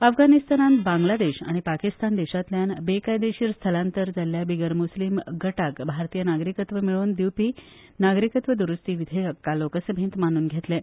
अफगाणिस्तान बांगलादेश आनी पाकिस्तान देशांतल्यान बेकायदेशीर स्थलांतर जाल्ल्या बिगर मुसलीम गटाक भारतीय नागरिकत्व मेळोवन दिवपी नागरिकत्व द्रुस्ती विधेयक काल लोकसभेंत मानून घेतलें